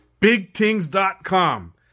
BigTings.com